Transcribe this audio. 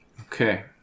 Okay